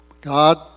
God